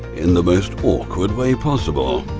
in the most awkward way possible.